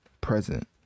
present